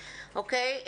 אוקיי.